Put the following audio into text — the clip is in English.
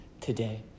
today